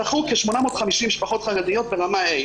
זכו כ-850 משפחות חרדיות ברמה ה'.